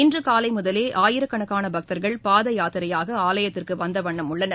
இன்றுகாலைமுதலேஆயிரக்கணக்கானபக்தர்கள் பாதயாத்திரையாகஆலயத்திற்குவந்தவண்ணம் உள்ளனர்